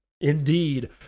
Indeed